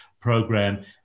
program